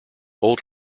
old